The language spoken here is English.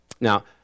Now